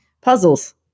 Puzzles